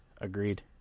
agreed